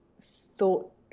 thought